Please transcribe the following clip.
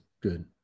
good